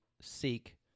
seek